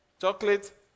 Chocolate